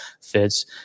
fits